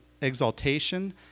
exaltation